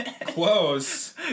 Close